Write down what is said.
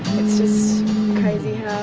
it's just crazy